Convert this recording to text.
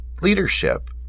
Leadership